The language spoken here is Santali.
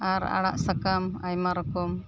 ᱟᱨ ᱟᱲᱟᱜ ᱥᱟᱠᱟᱢ ᱟᱭᱢᱟ ᱨᱚᱠᱚᱢ